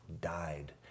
died